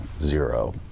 zero